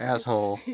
Asshole